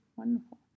wonderful